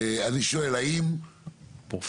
אני שואל האם גויסו?